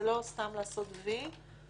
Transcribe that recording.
זה לא סתם לעשות "וי",